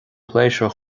pléisiúir